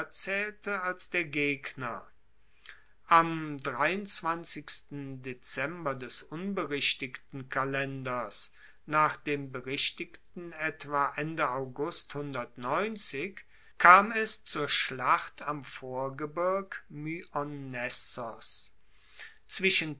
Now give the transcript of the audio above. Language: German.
zaehlte als der gegner am dezember des unberichtigten kalenders nach dem berichtigten etwa ende august kam es zur schlacht am vorgebirg myonnesos zwischen